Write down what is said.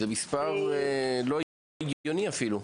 זה מספר לא הגיוני אפילו.